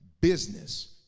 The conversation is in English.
business